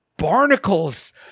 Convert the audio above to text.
barnacles